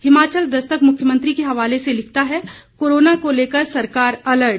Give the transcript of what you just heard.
हिमाचल दस्तक मुख्यमंत्री के हवाले से लिखता है कोरोना को लेकर सरकार अलर्ट